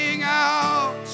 out